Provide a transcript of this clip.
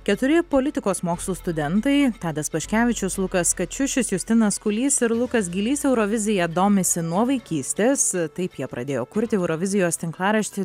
keturi politikos mokslų studentai tadas paškevičius lukas kačiušis justinas kulys ir lukas gylys eurovizija domisi nuo vaikystės taip jie pradėjo kurti eurovizijos tinklaraštį